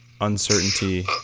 uncertainty